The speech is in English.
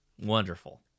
Wonderful